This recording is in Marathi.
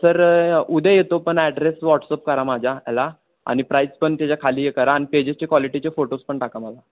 सर उद्या येतो पण ॲड्रेस व्हॉट्सअप करा माझ्या याला आणि प्राईस पण त्याच्या खाली हे करा आणि पेजेसचे क्वालिटीचे फोटोज पण टाका मला